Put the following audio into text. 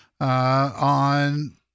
on